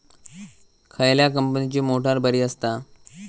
खयल्या कंपनीची मोटार बरी असता?